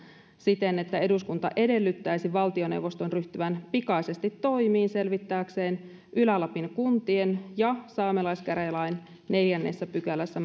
siten että eduskunta edellyttäisi valtioneuvoston ryhtyvän pikaisesti toimiin selvittääkseen ylä lapin kuntien ja saamelaiskäräjälain neljännessä pykälässä